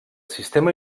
sistema